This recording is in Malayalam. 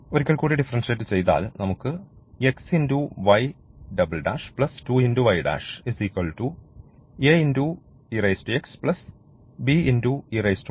ഒരിക്കൽ കൂടി ഡിഫറൻഷിയേറ്റ് ചെയ്താൽ നമുക്ക് ലഭിക്കും